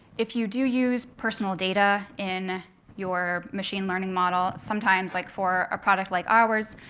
if you do use personal data in your machine learning model, sometimes, like for a product like ours,